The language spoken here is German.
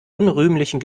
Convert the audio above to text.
unrühmlichen